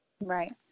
Right